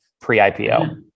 pre-IPO